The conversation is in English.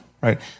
Right